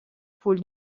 پول